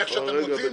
איך שאתם רוצים.